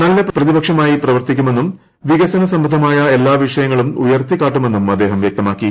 നല്ല പ്രതിപക്ഷമായി പ്രവർത്തിക്കുമെന്നും വികസന സംബന്ധമായ എല്ലാ വിഷയങ്ങളും ഉയർത്തി കാട്ടുമെന്നും അദ്ദേഹം വ്യക്തമാക്കി